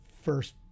first